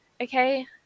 okay